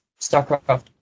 StarCraft